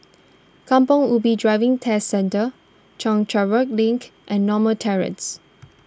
Kampong Ubi Driving Test Centre Chencharu Link and Norma Terrace